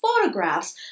photographs